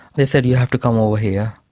they said you have to come over here.